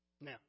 Now